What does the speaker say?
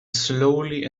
slowly